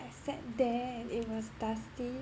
I sat there and it was dusty